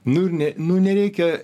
nu ir ne nu nereikia